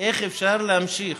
איך אפשר להמשיך